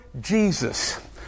Jesus